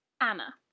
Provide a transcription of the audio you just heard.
Anna